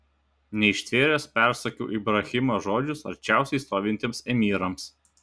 neištvėręs persakiau ibrahimo žodžius arčiausiai stovintiems emyrams